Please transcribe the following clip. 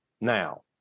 now